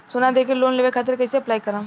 सोना देके लोन लेवे खातिर कैसे अप्लाई करम?